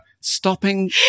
stopping